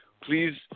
please